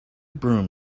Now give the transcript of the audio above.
broom